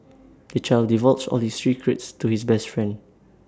the child divulged all his secrets to his best friend